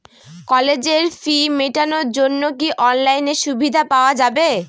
কলেজের ফি মেটানোর জন্য কি অনলাইনে সুবিধা পাওয়া যাবে?